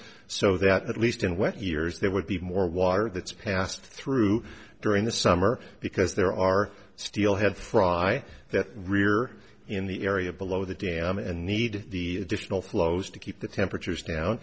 so that at least in wet years there would be more water that's passed through during the summer because there are still have fry that rear in the area below the dam and need the additional flows to keep the temperatures down